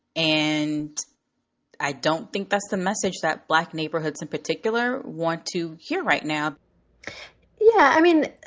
and i don't think that's the message that black neighborhoods in particular want to hear right now yeah, i mean,